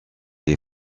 les